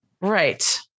Right